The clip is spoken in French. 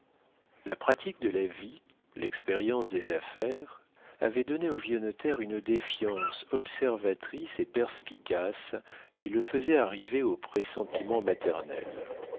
la pratique de la vie l'expérience des affaires avaient donné au vieux notaire une défiance observatrice et perspicace qui le faisait arriver au pressentiment maternel